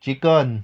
chicken